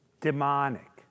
demonic